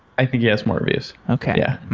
i think he has more reviews. okay.